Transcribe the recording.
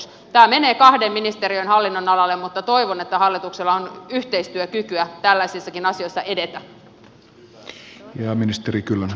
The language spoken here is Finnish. tämä menee kahden ministeriön hallinnonalalle mutta toivon että hallituksella on yhteistyökykyä tällaisissakin asioissa edetä